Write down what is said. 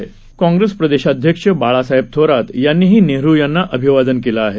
राज्याचे काँग्रेस प्रदेशाध्यक्ष बाळासाहेब थोरात यांनीही नेहरु यांना अभिवादन केलं आहे